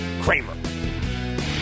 kramer